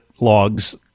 logs